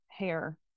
hair